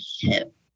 hip